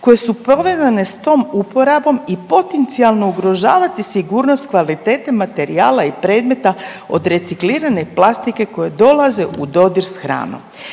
koje su povezane s tom uporabom i potencijalno ugrožavati sigurnost kvalitete materijala i predmeta od reciklirane plastike koje dolaze u dodir s hranom.